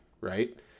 right